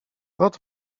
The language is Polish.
kot